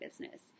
business